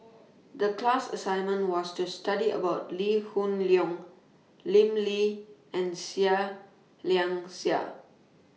The class assignment was to study about Lee Hoon Leong Lim Lee and Seah Liang Seah